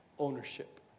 ownership